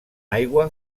aigua